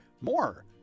More